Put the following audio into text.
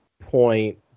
point